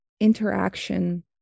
interaction